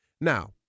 Now